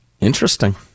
Interesting